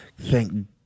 thank